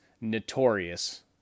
notorious